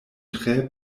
tre